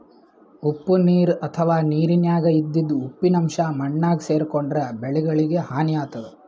ಉಪ್ಪ್ ನೀರ್ ಅಥವಾ ನೀರಿನ್ಯಾಗ ಇದ್ದಿದ್ ಉಪ್ಪಿನ್ ಅಂಶಾ ಮಣ್ಣಾಗ್ ಸೇರ್ಕೊಂಡ್ರ್ ಬೆಳಿಗಳಿಗ್ ಹಾನಿ ಆತದ್